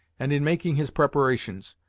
and in making his preparations,